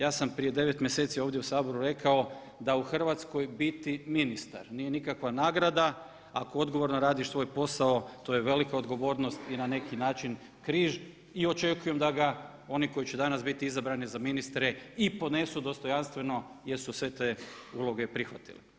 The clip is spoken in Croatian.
Ja sam prije 9 mjeseci ovdje u Saboru rekao da u Hrvatskoj biti ministar nije nikakva nagrada ako odgovorno radiš svoj posao to je velika odgovornost i na neki način križ i očekujem da ga oni koji će danas biti izabrani za ministre i ponesu dostojanstveno jer su se te uloge prihvatili.